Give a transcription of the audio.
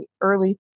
early